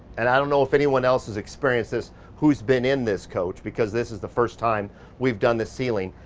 and i don't know if anyone else has experienced this who's been in this coach because this is the first time we've done the ceiling,